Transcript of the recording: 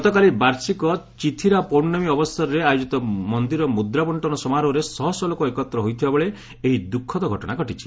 ଗତକାଲି ବାର୍ଷିକ 'ଚିଥିରା ପୌର୍ଷମୀ' ଅବସରରେ ଆୟୋଜିତ ମନ୍ଦିର ମୁଦ୍ରା ବଙ୍କନ ସମାରୋହରେ ଶହ ଶହ ଲୋକ ଏକତ୍ର ହୋଇଥିବା ବେଳେ ଏହି ଦୃଃଖଦ ଘଟଣା ଘଟିଛି